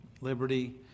Liberty